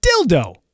dildo